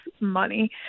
money